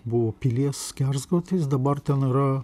buvo pilies skersgatvis dabar ten yra